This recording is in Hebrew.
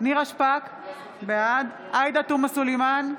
נירה שפק, בעד עאידה תומא סלימאן,